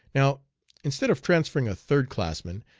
now instead of transferring a third classman,